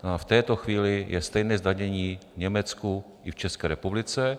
V této chvíli je stejné zdanění v Německu i v České republice.